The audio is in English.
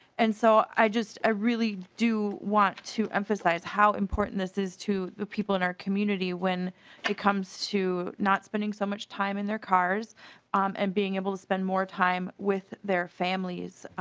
and so i ah really do want to emphasize how important this is to the people in our community when it comes to not spending so much time in their cars and being able to spend more time with their families.